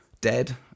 dead